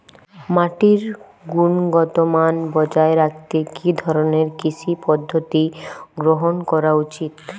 মাটির গুনগতমান বজায় রাখতে কি ধরনের কৃষি পদ্ধতি গ্রহন করা উচিৎ?